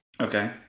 Okay